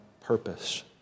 purpose